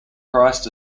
christ